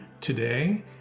today